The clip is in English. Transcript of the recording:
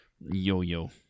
yo-yo